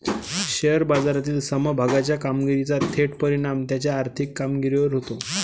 share बाजारातील समभागाच्या कामगिरीचा थेट परिणाम त्याच्या आर्थिक कामगिरीवर होतो